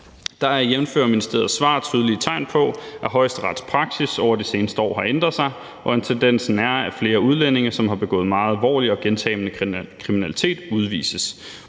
Der er, jævnfør ministeriets svar, tydelige tegn på, at Højesterets praksis over de seneste år har ændret sig, og at tendensen er, at flere udlændinge, som har begået meget alvorlig og gentagen kriminalitet, udvises.